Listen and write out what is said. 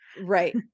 Right